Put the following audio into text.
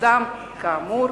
תפקידם כאמור,